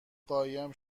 قایم